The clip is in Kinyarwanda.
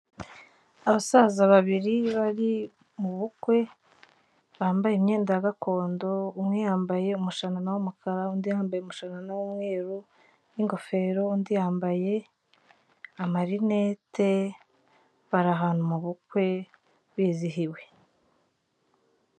Abasaza babiri bari mu bukwe, bambaye imyenda ya gakondo, umwe yambaye umushanana w'umukara, undi wambaye umushanana w'umweru n'ingofero, undi yambaye amarinete, bari ahantu, mu bukwe bizihiwe.